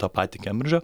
tą patį kembridžą